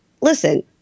listen